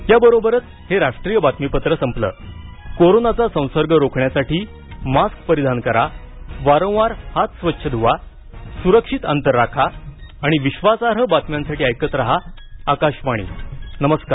या बरोबरच हे राष्ट्रीय बातमीपत्र संपलं कोरोनाचा संसर्ग रोखण्यासाठी मास्क परिधान करा वारंवार हात स्वच्छ धुवा स्रक्षित अंतर राखा आणि विश्वासार्ह बातम्यांसाठी ऐकत राहा आकाशवाणी नमस्कार